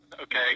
okay